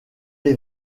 les